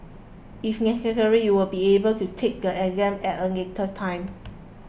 if necessary you will be able to take the exam at a later time